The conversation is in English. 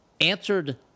answered